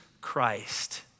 Christ